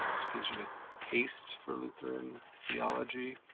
gives you a taste for lutheran theology.